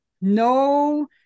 no